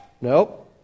Nope